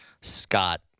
scott